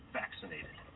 vaccinated